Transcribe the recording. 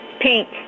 Pink